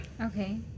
Okay